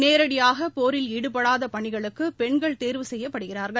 நேரடியாக போரில் ஈடுபடாத பணிகளுக்கு பெண்கள் தேர்வு செய்யப்படுகிறார்கள்